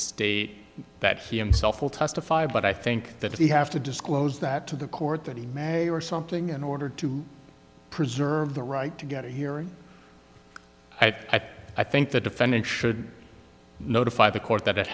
state that he himself will testify but i think that if we have to disclose that to the court that he may or something in order to preserve the right to get a hearing i think i think the defendant should notify the court that it